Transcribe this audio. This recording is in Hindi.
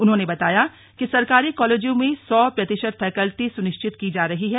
उन्होंने बताया कि सरकारी कॉलेजों में सौ प्रतिशत फैकल्टी सुनिश्चित की जा रही है